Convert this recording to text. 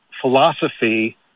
philosophy